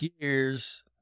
gears